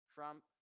Trump